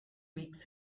weeks